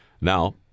Now